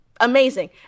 Amazing